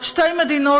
שתי מדינות,